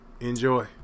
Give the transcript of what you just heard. enjoy